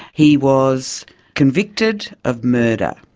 he was convicted of murder.